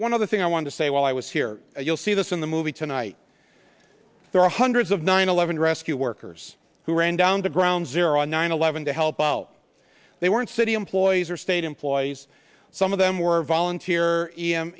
one other thing i want to say while i was here you'll see this in the movie tonight there are hundreds of nine eleven rescue workers who ran down to ground zero on nine eleven to help well they weren't city employees or state employee yes some of them were volunteer e